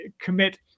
commit